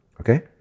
okay